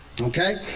Okay